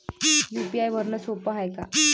UPI भरनं सोप हाय का?